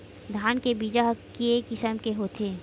धान के बीजा ह के किसम के होथे?